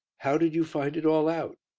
how did you find it all out?